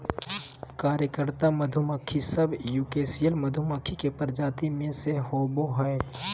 कार्यकर्ता मधुमक्खी सब यूकोसियल मधुमक्खी के प्रजाति में से होबा हइ